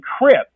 encrypt